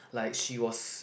like she was